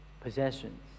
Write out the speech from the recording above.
possessions